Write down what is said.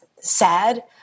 sad